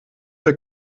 der